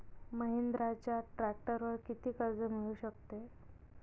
महिंद्राच्या ट्रॅक्टरवर किती कर्ज मिळू शकते?